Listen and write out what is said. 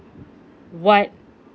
what